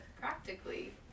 practically